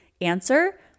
answer